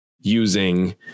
using